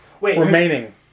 Remaining